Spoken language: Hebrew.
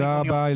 תודה רבה.